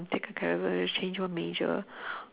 take a character then change one major